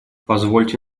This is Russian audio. позвольте